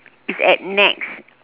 it's at nex